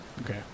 Okay